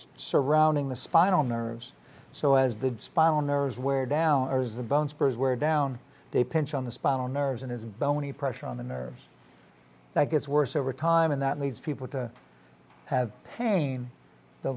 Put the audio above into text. surrounding the spinal nerves so as the spinal nerves wear down as the bone spurs wear down they pinch on the spinal nerves and his bony pressure on the nerves that gets worse over time and that leads people to have pain the